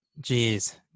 Jeez